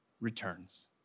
returns